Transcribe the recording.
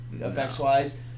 effects-wise